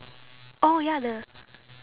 oh ya the